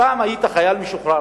פעם היית חייל משוחרר,